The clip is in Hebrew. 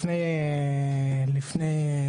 לפני,